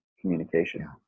communication